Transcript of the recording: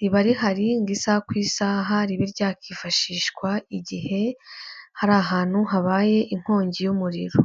riba rihari ngo isaha ku isaha ribe ryakifashishwa igihe hari ahantu habaye inkongi y'umuriro.